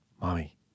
Mommy